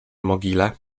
mogile